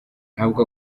ntabwo